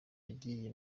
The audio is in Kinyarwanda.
yagiye